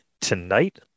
tonight